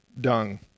dung